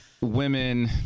women